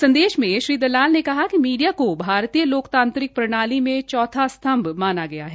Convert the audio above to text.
संदेश में श्री दलाल ने कहा कि मीडिया को भारतीय लोकतांत्रिक प्रणाली में चौथा स्तम्भ माना गया है